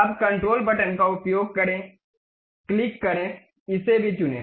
अब control button का उपयोग करें क्लिक करें इसे भी चुनें